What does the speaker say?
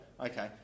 Okay